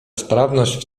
sprawność